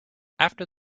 after